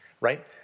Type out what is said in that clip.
right